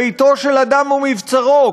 ביתו של אדם הוא מבצרו.